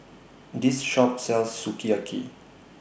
This Shop sells Sukiyaki